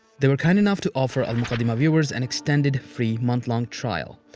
they were kind enough to offer al muqaddimah viewers an extended, free, month-long trial.